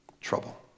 Trouble